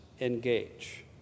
engage